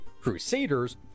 crusaders